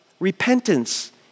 repentance